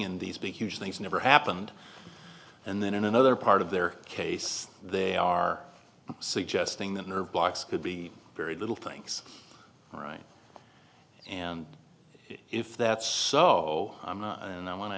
in these big huge things never happened and then in another part of their case they are suggesting that nerve blocks could be very little things right and if that's so i'm not and i